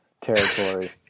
territory